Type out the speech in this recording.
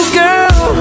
girl